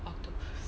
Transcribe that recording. octopus